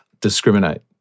discriminate